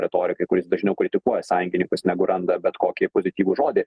retorikai kuris dažniau kritikuoja sąjungininkus negu randa bet kokį pozityvų žodį